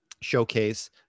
showcase